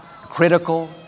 critical